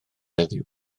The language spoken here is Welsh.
heddiw